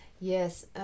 Yes